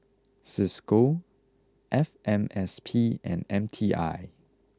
Cisco F M S P and M T I